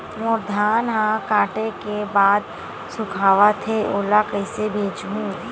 मोर धान ह काटे के बाद सुखावत हे ओला कइसे बेचहु?